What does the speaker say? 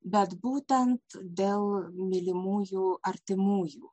bet būtent dėl mylimųjų artimųjų